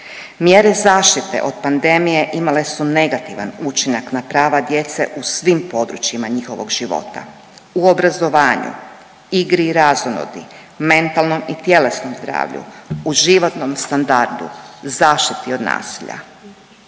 Mjere zaštite od pandemije imale su negativan učinak na prava djece u svim područjima njihovog života u obrazovanju, igri i razonodi, mentalnom i tjelesnom zdravlju, u životnom standardu, zaštiti od nasilja.